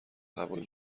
قبول